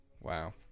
Wow